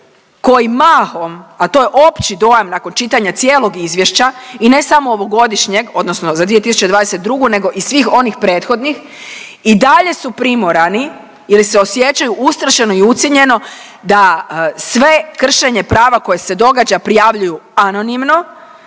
koji mahom, a to je opći dojam nakon čitanja cijelog izvješća i ne samo ovogodišnjeg odnosno za 2022. nego i svih onih prethodnih i dalje su primorani jer se osjećaju ustrašeno i ucijenjeno da sve kršenje prava koje se događa prijavljuju anonimno